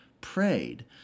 prayed